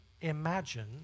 imagine